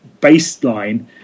baseline